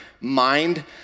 mind